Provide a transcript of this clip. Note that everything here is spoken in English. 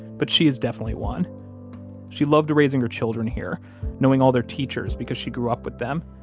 but she is definitely one she loved raising her children here knowing all their teachers because she grew up with them,